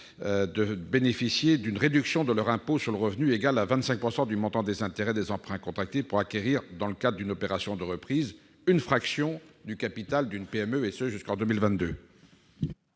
de bénéficier d'une réduction de leur impôt sur le revenu égale à 25 % du montant des intérêts des emprunts contractés pour acquérir, dans le cadre d''une opération de reprise, une fraction du capital d'une PME, et ce jusqu'en 2022.